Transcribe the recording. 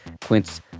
Quince